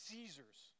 Caesars